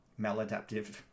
maladaptive